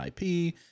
IP